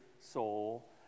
soul